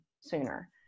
sooner